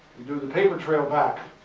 we do the paper trail back